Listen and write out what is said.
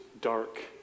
dark